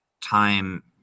time